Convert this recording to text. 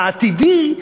העתידי,